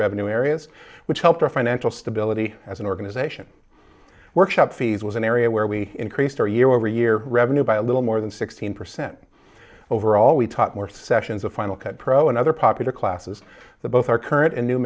revenue areas which helped our financial stability as an organization workshop fees was an area where we increased our year over year revenue by a little more than sixteen percent overall we taught more sessions of final cut pro and other popular classes the both our current and new